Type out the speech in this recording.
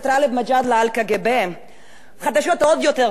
חדשות עוד יותר גרועות: אין קג"ב,